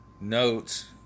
notes